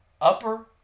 Upper